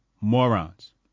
morons